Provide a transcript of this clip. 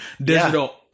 digital